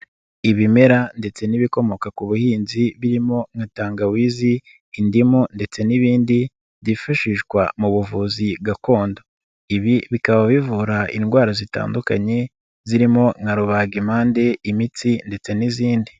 Ibimera ndetse n'ibikomoka ku buhinzi birimo nka tangawizi, indimu ndetse n'ibindi byifashishwa mu buvuzi gakondo, ibi bikaba bivura indwara zitandukanye zirimo nka rubagimpande, imitsi ndetse n'izindi.